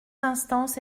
instances